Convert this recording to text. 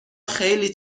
خیلی